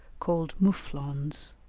called mufflons.